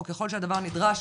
או ככל שהדבר נדרש